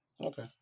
Okay